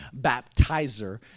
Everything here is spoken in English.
Baptizer